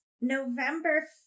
November